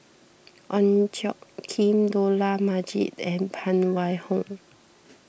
Ong Tjoe Kim Dollah Majid and Phan Wait Hong